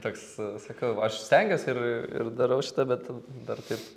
toks sakau aš stengiuosi ir ir darau šitą bet dar taip